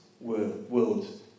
world